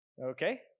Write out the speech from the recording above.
Okay